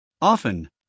Often